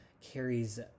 Carrie's